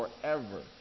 forever